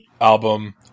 album